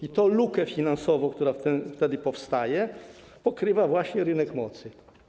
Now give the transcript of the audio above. I tę lukę finansową, która wtedy powstaje, pokrywa właśnie rynek mocy.